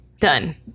done